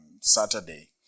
Saturday